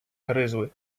гризли